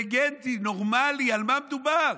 אינטליגנטי, נורמלי, על מה מדובר?